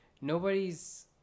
nobody's